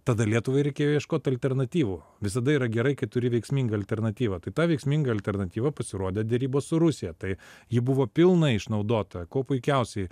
tada lietuvai reikėjo ieškot alternatyvų visada yra gerai kai turi veiksmingą alternatyvą tai ta veiksminga alternatyva pasirodė derybos su rusija tai ji buvo pilnai išnaudota kuo puikiausiai